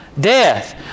death